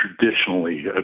traditionally